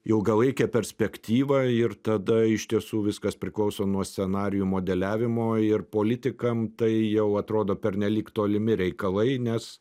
ilgalaikę perspektyvą ir tada iš tiesų viskas priklauso nuo scenarijų modeliavimo ir politikam tai jau atrodo pernelyg tolimi reikalai nes